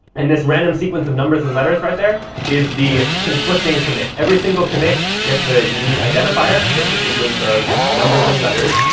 and this random sequence of numbers and letters right there is the conflicting commit. every single commit gets a unique identifier, just a sequence of numbers and letters,